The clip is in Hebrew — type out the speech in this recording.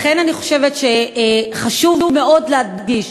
לכן אני חושבת שחשוב מאוד להדגיש